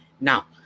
Now